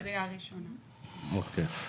אוקיי.